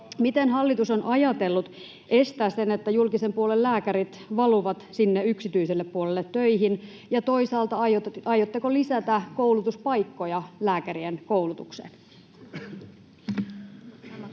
Miten hallitus on ajatellut estää sen, että julkisen puolen lääkärit valuvat yksityiselle puolelle töihin? Ja aiotteko toisaalta lisätä koulutuspaikkoja lääkärien koulutukseen?